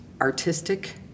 artistic